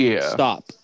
stop